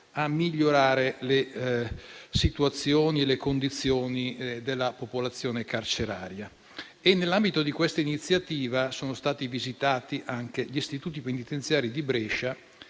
a migliorare le condizioni della popolazione carceraria. Nell'ambito di questa iniziativa, sono stati visitati anche gli istituti penitenziari di Brescia,